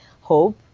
hope